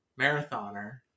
marathoner